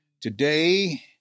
Today